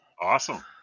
awesome